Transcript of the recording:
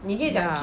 ya